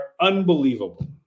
unbelievable